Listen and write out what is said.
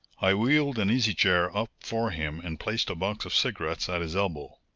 i wheeled an easy-chair up for him and placed a box of cigarettes at his elbow.